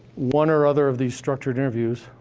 one or other of these structured interviews,